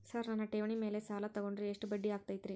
Sir ನನ್ನ ಠೇವಣಿ ಮೇಲೆ ಸಾಲ ತಗೊಂಡ್ರೆ ಎಷ್ಟು ಬಡ್ಡಿ ಆಗತೈತ್ರಿ?